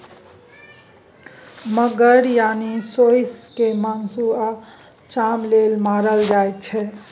मगर यानी सोंइस केँ मासु आ चाम लेल मारल जाइ छै